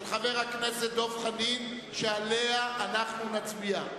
חבר הכנסת דב חנין שעליה אנחנו נצביע.